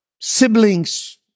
siblings